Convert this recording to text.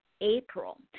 April